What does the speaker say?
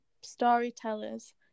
storytellers